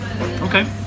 Okay